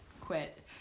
quit